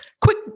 Quick